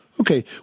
Okay